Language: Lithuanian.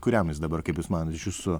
kuriam jis dabar kaip jūs manot iš jūsų